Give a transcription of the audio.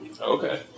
Okay